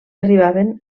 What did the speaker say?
arribaven